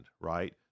right